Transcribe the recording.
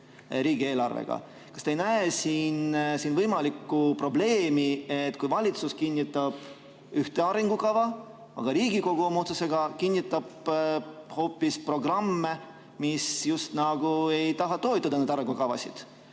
riigieelarvega. Kas te ei näe siin võimalikku probleemi, kui valitsus kinnitab arengukava, aga Riigikogu oma otsusega kinnitab hoopis programme, mis just nagu ei taha toetada neid arengukavasid?